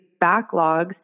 backlogs